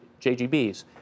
JGBs